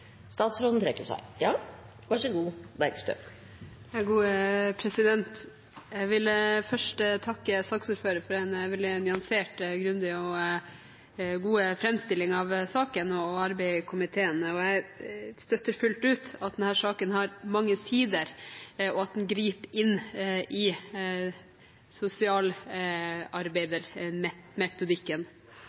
Jeg vil først takke saksordføreren for en veldig nyansert, grundig og god framstilling av saken, og arbeidet i komiteen. Jeg støtter fullt ut at denne saken har mange sider, og at den griper inn i